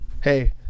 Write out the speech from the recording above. hey